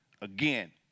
Again